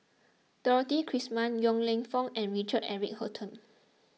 Dorothy Krishnan Yong Lew Foong and Richard Eric Holttum